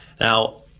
Now